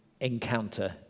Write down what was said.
encounter